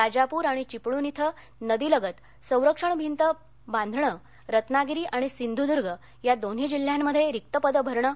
राजापूर आणि चिपळूण धिं नदी लगत संरक्षण भिंत बांदणं रत्नागिरी आणि सिंधुदर्ग या दोन्ही जिल्ह्यांमध्ये रिक्त पदं भरणं